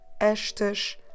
estas